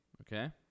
Okay